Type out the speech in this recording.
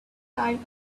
time